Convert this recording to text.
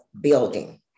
building